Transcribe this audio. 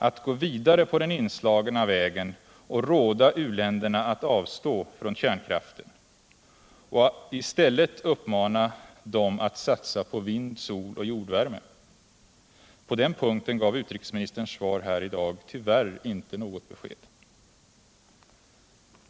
att gå vidare på den inslagna vägen och råda u-länderna att avstå från kärnkraften och i stället uppmana dem att satsa på vind, sol och jordvärme? På den punkten gav utrikesministerns svar här i dag tyvärr inte något besked.